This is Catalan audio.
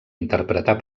interpretar